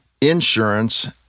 insurance